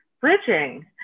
bridging